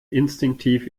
instinktiv